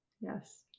Yes